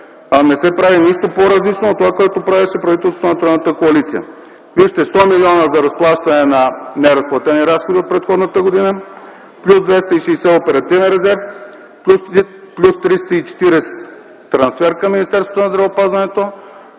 а не се прави нищо по-различно от това, което правеше правителството на тройната коалиция. Вижте, 100 милиона за разплащане на неразплатени разходи от предходната година плюс 260 – оперативен резерв, плюс 340 – трансфер към Министерството на здравеопазването.